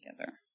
together